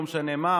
לא משנה מה.